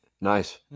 Nice